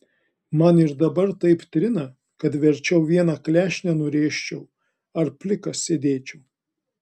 man ir dabar taip trina kad verčiau vieną klešnę nurėžčiau ar plikas sėdėčiau